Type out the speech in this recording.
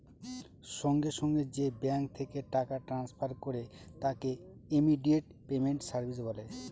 সঙ্গে সঙ্গে যে ব্যাঙ্ক থেকে টাকা ট্রান্সফার করে তাকে ইমিডিয়েট পেমেন্ট সার্ভিস বলে